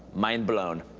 mind blown.